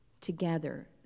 Together